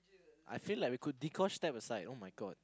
I feel like we could Dee-Kosh step aside [oh]-my-god